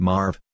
Marv